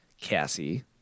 Cassie